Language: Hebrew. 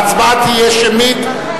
וההצבעה תהיה שמית,